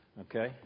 Okay